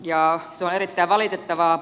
se on erittäin valitettavaa